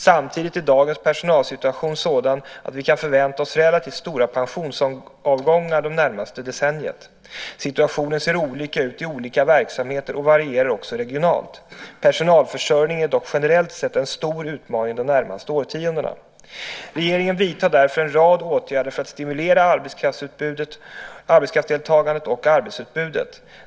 Samtidigt är dagens personalsituation sådan att vi kan förvänta oss relativt stora pensionsavgångar det närmaste decenniet. Situationen ser olika ut i olika verksamheter och varierar också regionalt. Personalförsörjningen är dock generellt sett en stor utmaning de närmaste årtiondena. Regeringen vidtar därför en rad åtgärder för att stimulera arbetskraftsdeltagandet och arbetsutbudet.